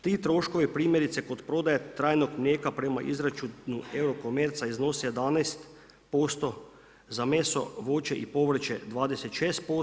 Ti troškovi primjerice kod prodaje trajnog mlijeka prema izračunu Eurocomerca iznose 11% za meso, voće i povrće 26%